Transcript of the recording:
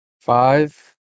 five